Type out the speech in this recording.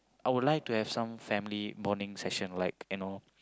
I would like to have some family bonding session like you know